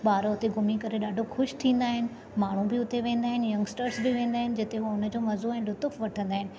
ॿार हुते घुमी करे ॾाढो ख़ुशि थींदा आहिनि माण्हू बि हुते वेंदा आहिनि यंगस्टर्स बि वेंदा आहिनि जिते हू हुनजो मज़ो ऐं लुतुफ़ वठंदा आहिनि